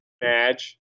Badge